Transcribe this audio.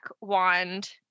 wand